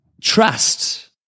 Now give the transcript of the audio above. trust